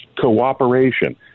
cooperation